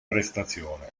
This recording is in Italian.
prestazione